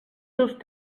seus